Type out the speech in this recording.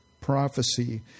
prophecy